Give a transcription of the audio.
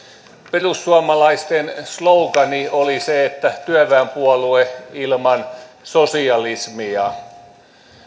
perussuomalaisten slogan oli työväenpuolue ilman sosialismia